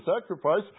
sacrifice